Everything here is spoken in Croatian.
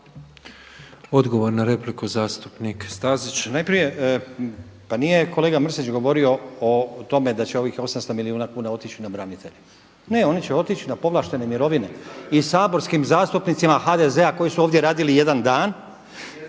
Odgovor na repliku zastupnik Stazić.